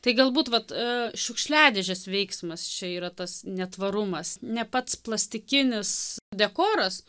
tai galbūt vat ee šiukšliadėžės veiksmas čia yra tas netvarumas ne pats plastikinis dekoras